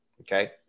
Okay